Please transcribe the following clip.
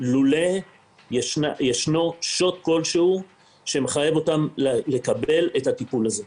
לולא שוט כלשהו שמחייב אותם לקבל את הטיפול הזה.